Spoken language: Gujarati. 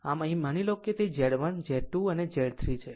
આમ અહીં માની લો કે જો તે Z1 Z2 Z3 છે